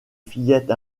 fillette